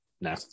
No